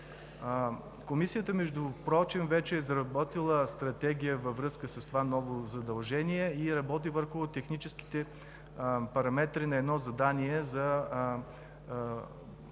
Комисията вече е изработила стратегия във връзка с това ново задължение и работи върху техническите параметри на едно задание за